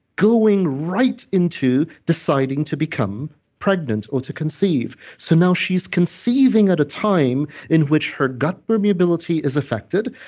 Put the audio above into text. going right into deciding to become pregnant or to conceive so, now she's conceiving at a time in which her gut permeability is effected,